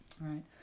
right